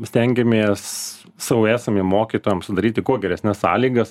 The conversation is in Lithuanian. stengiamės savo esamiem mokytojam sudaryti kuo geresnes sąlygas